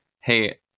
hey